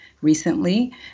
recently